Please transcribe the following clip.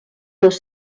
dos